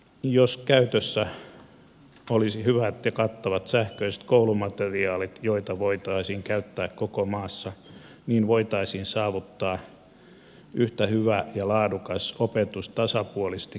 jos käytössä olisi hyvät ja kattavat sähköiset koulumateriaalit joita voitaisiin käyttää koko maassa niin voitaisiin saavuttaa yhtä hyvä ja laadukas opetus tasapuolisesti kaikille